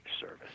service